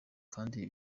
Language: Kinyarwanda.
kandi